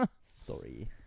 sorry